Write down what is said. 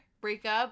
breakup